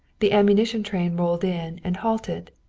the ammunition train rolled in and halted,